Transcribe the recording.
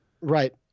Right